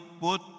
put